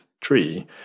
tree